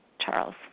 Charles